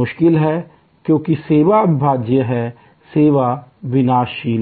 मुश्किल है क्योंकि सेवा अविभाज्य है सेवा विनाशशील हैं